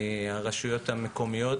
הרשויות המקומיות.